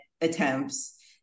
attempts